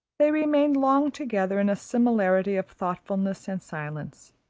they remained long together in a similarity of thoughtfulness and silence.